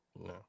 No